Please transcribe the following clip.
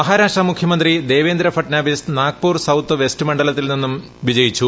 മഹാരാഷ്ട്ര മുഖ്യമന്ത്രി Devendra Fadnavis Nagpur south west മണ്ഡലത്തിൽ നിന്നും വിജയിച്ചു